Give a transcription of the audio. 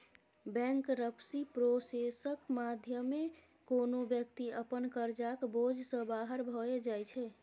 bankruptcy प्रोसेसक माध्यमे कोनो बेकती अपन करजाक बोझ सँ बाहर भए जाइ छै